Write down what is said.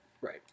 Right